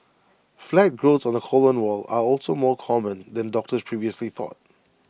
flat growths on the colon wall are also more common than doctors previously thought